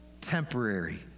temporary